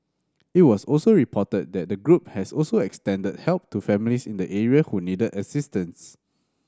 it was also reported that the group has also extended help to families in the area who needed assistance